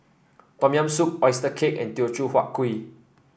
Tom Yam Soup oyster cake and Teochew Huat Kuih